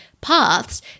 paths